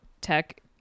tech